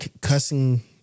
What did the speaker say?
cussing